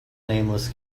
nameless